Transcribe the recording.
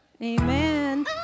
Amen